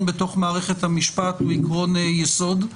אי אפשר להותיר את זה לאמירה, שזכות יסודית